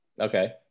okay